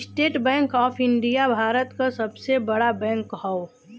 estate Bank of India Bharat क सबसे बड़ा बैंक हौ